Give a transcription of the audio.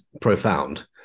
profound